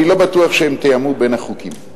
אני לא בטוח שהם תיאמו בין החוקים.